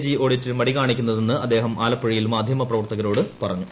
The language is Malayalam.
ജി ഓഡിറ്റിന് മടികാണിക്കുന്നതെന്ന് അദ്ദേഹം ആലപ്പുഴയിൽ മാധ്യമ പ്രവർത്തകരോട് പറഞ്ഞു